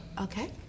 Okay